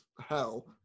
hell